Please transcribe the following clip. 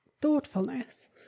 thoughtfulness